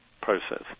process